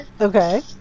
Okay